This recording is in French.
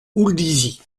houldizy